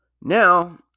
Now